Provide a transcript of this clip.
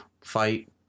fight